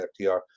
ftr